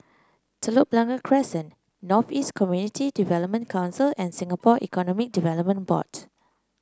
Telok Blangah Crescent North East Community Development Council and Singapore Economic Development Board